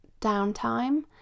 downtime